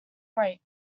break